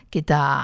Kita